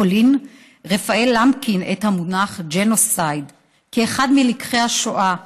פולין רפאל למקין את המונח ג'נוסייד כאחד מלקחי השואה.